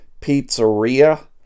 pizzeria